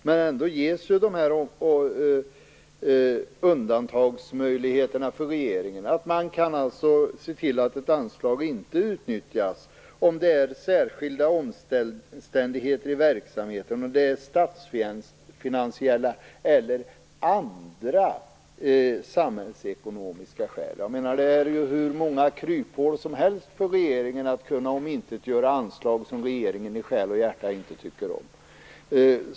Men ändå ges dessa undantagsmöjligheter för regeringen, dvs. att den kan se till att ett anslag inte utnyttjas om det finns särskilda omständigheter i verksamheten, statsfinansiella eller andra samhällsekonomiska skäl. Det finns ju hur många kryphål som helst för regeringen att kunna omintetgöra anslag som den i själ och hjärta inte tycker om.